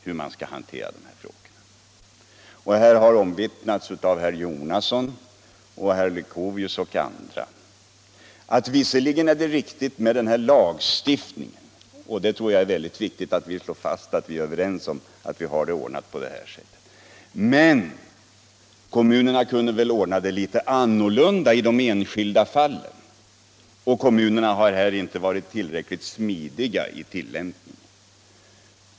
Herr Jonasson, herr Leuchovius och andra har här omvittnat att det visserligen är riktigt att ha en lagstiftning — jag tror det är viktigt att vi slår fast det; vi är alltså överens om att vi bör ha det ordnat på detta sätt — men man anser att kommunerna kunde ordna det på ett annat sätt i de enskilda fallen. Kommunerna har inte varit tillräckligt smidiga vid tillämpningen.